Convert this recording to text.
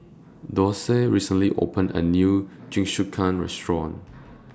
Dorsey recently opened A New Jingisukan Restaurant